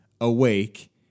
awake